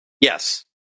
Yes